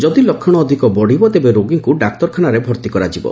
ଯଦି ଲକ୍ଷଣ ଅଧିକ ବଢିବ ତେବେ ରୋଗୀଙ୍କୁ ଡାକ୍ତରଖାନାରେ ଭର୍ତି କରାଯିବ